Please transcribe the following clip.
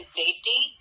safety